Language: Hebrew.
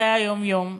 בחיי היום-יום.